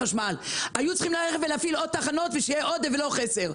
היו צריכים להפעיל עוד תחנות ושיהיה עודף ולא חסר.